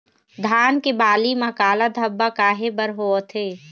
धान के बाली म काला धब्बा काहे बर होवथे?